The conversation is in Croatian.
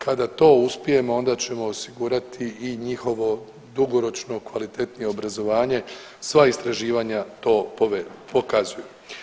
Kada to uspijemo onda ćemo osigurati i njihovo dugoročno kvalitetnije obrazovanje, sva istraživanja to pokazuju.